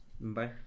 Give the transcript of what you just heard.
Bye